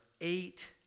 eight